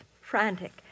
frantic